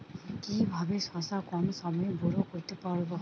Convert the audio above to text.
কিভাবে শশা কম সময়ে বড় করতে পারব?